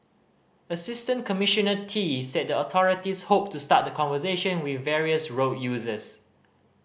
Assistant Commissioner Tee said the authorities hoped to start the conversation with various road users